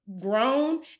grown